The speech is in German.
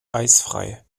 eisfrei